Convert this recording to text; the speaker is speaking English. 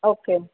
okay